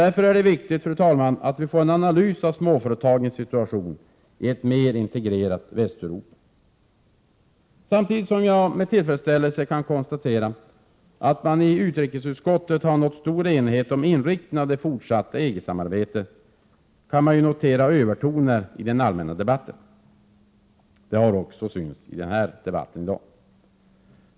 Därför är det viktigt, fru talman, att vi får en analys av småföretagens situation i ett mer integrerat Västeuropa. Samtidigt som jag med tillfredsställelse kan konstatera att man i utrikesut skottet har nått stor enighet om inriktningen av det fortsatta EG-samarbetet Prot. 1987/88:114 kan övertoner noteras i den allmänna debatten. Det har också märkts i 4 maj 1988 debatten här i dag.